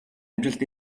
амжилт